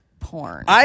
porn